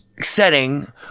setting